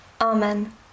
Amen